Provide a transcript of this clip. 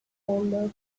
older